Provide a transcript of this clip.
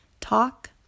Talk